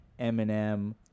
Eminem